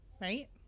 Right